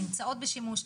נמצאות בשימוש.